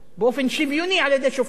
באופן שוויוני על-ידי שופטים.